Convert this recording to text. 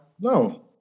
No